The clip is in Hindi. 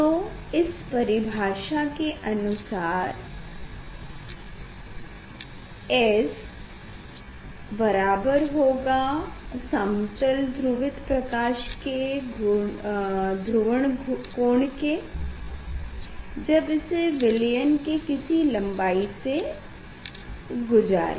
तो इस परिभाषा के अनुसार से S बराबर होगा समतल ध्रुवित प्रकाश के ध्रुवण कोण के जब इसे विलयन के किसी लम्बाई से गुजारे